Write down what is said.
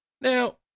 Now